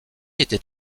était